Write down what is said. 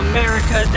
America